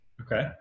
Okay